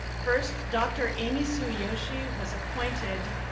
first, dr. amy sueyoshi was appointed